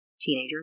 teenager